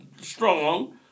strong